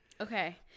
Okay